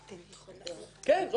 כן, זו השיטה.